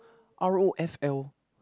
r_o_f_l